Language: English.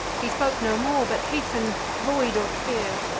he spoke no more but hasten'd, void of fear,